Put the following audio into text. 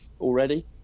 already